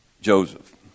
Joseph